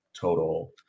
total